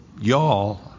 y'all